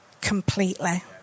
completely